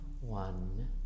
one